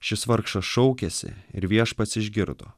šis vargšas šaukėsi ir viešpats išgirdo